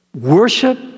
Worship